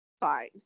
fine